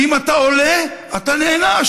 כי אם אתה עולה, אתה נענש.